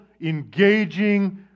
engaging